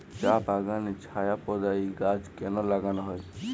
চা বাগানে ছায়া প্রদায়ী গাছ কেন লাগানো হয়?